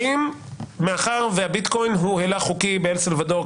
האם מאחר והביטקוין הוא הילך חוקי באל סלוודור,